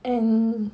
and